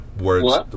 words